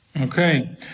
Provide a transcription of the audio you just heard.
Okay